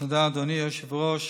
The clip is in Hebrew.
תודה, אדוני היושב-ראש.